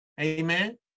Amen